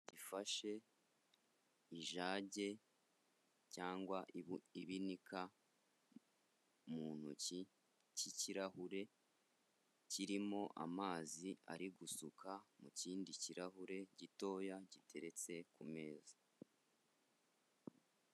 Ifashe ijage cyangwa ibinika mu ntoki k'ikirahure kirimo amazi ari gusuka mu kindi kirahure gitoya giteretse ku meza.